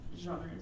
genres